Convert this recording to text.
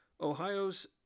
Ohio's